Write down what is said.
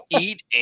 eat